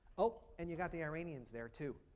oh, and you've got the iranians there too.